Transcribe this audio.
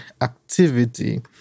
activity